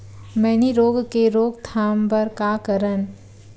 मैनी रोग के रोक थाम बर का करन?